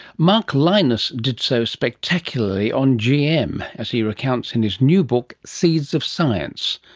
mark lynas did so spectacularly on gm, as he recounts in his new book seeds of science,